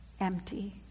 empty